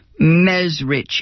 Mesrich